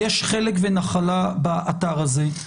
יש חלק ונחלה באתר הזה.